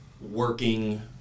working